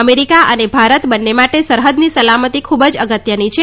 America અને ભારત બંને માટે સરહદની સલામતી ખૂબ જ અગત્યની છે